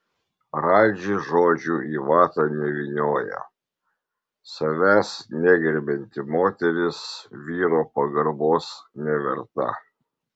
radži žodžių į vatą nevynioja savęs negerbianti moteris vyro pagarbos neverta